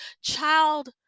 child